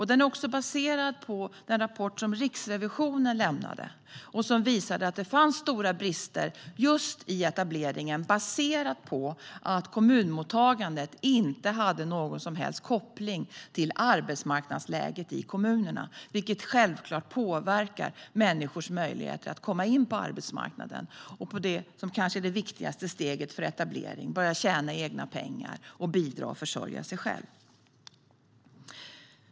Den är också baserad på den rapport som Riksrevisionen lämnade och som visade att det fanns stora brister just i etableringen, baserat på att kommunmottagandet inte hade någon som helst koppling till arbetsmarknadsläget i kommunerna. Det påverkar självklart människors möjligheter att komma in på arbetsmarknaden, det som kanske är det viktigaste steget för etablering. Det handlar om att börja tjäna egna pengar, att bidra och att försörja sig själv.